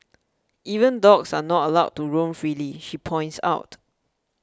even dogs are not allowed to roam freely she points out